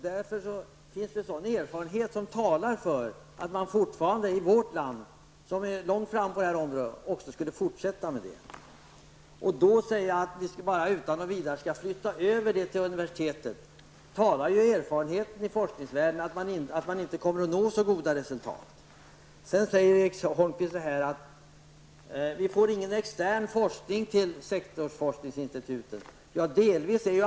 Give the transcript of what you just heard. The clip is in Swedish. Därför finns det erfarenhet som talar för att vi i vårt land, som ligger långt framme på området, också skall fortsätta med sådan forskning. Erfarenheten inom forskningsvärlden säger, att om man utan vidare flyttar över forskningen till universiteten kommer man inte att nå så goda resultat. Erik Holmkvist säger att det kommer inte någon extern forskning till sektorsforskningsinstituten.